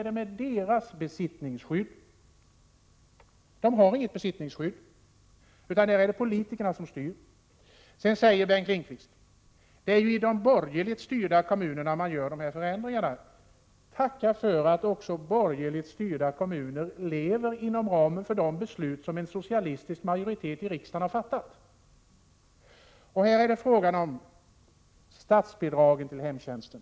De har inget besittningsskydd, för det är politikerna som styr. Vidare säger Bengt Lindqvist att det är i de borgerligt styrda kommunerna som man gör förändringarna. Ja, men också borgerligt styrda kommuner lever inom ramen för de beslut som en socialistisk majoritet i riksdagen har fattat. Det talas här om statsbidragen till hemtjänsten.